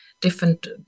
different